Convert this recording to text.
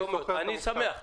אני שמח.